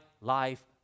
life